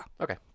Okay